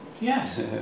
Yes